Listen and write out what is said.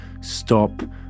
stop